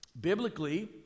Biblically